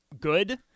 good